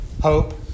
Hope